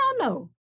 no